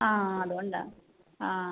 ആ അതുകൊണ്ടാണ് ആ